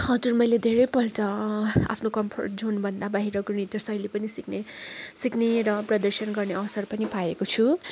हजुर मैले धेरैपल्ट आफ्नो कम्फर्ट जोनभन्दा बाहिरको नृत्य शैली पनि सिक्ने सिक्ने र प्रदर्शन गर्ने अवसर पनि पाएको छु